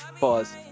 pause